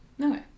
Okay